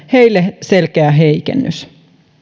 heille selkeä heikennys